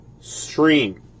stream